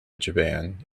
japan